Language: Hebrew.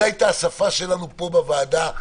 זו הייתה השפה שלנו פה בוועדה.